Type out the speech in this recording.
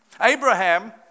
Abraham